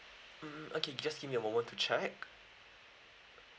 mm okay just give me a moment to check